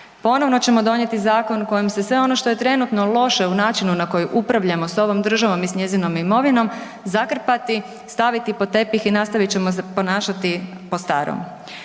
Ponovno ćemo donijeti zakon kojim se sve ono što je trenutno loše u načinu na koji upravljamo s ovom državom i s njezinom imovinom, zakrpati, staviti pod tepih i nastavit ćemo se ponašati po starom.